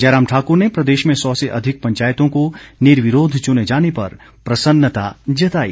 जयराम ठाकुर ने प्रदेश में सौ से अधिक पंचायतों को निर्विरोध चुने जाने पर प्रसन्नता जताई